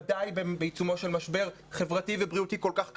ודאי בעיצומו של משבר חברתי ובריאותי כל כך כבד.